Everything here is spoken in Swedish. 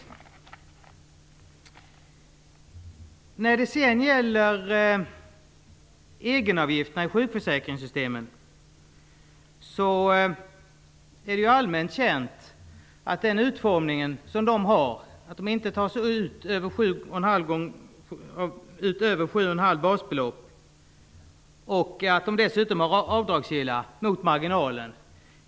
Det är allmänt känt att utformningen av egenavgifterna i sjukförsäkringssystemen faktiskt innebär att vi får ett mycket underligt skattesystem - de tas ju inte ut på inkomst över 7,5 basbelopp och är dessutom avdragsgilla mot marginalen.